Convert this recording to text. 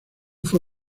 fue